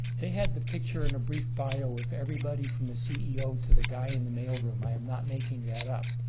they had the picture and a brief bio of everybody from the ceo to the guy in the mailroom. i am not making that up.